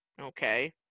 okay